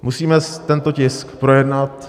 Musíme tento tisk projednat.